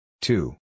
Two